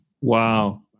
Wow